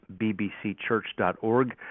bbcchurch.org